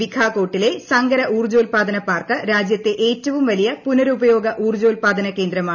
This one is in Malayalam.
വിഘാകോട്ടിലെ സങ്കര ഊർജോൽപാദന പാർക്ക് രാജ്യത്തെ ഏറ്റവും വലിയ പുനരുപയോഗ ഊർജോൽപാദന ക്വേന്ദ്രമാണ്